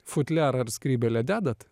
futliarą ar skrybėlę dedat